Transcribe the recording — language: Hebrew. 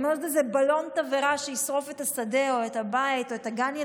אם עוד איזה בלון תבערה ישרוף את השדה או את הבית או את גן הילדים.